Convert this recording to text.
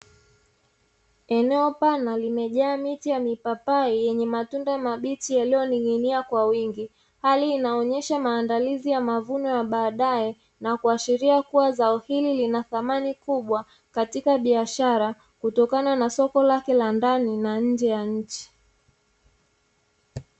Eneo pana limejaa miti ya mipapai yenye matunda mabichi yaliyoning'inia kwa wingi, hali inayoonyesha maandalizi ya mavuno ya baadae, na kuashiria kuwa zao hili lina thamani kubwa, katika biashara, kutokana na soko lake la ndani na nje ya nchi.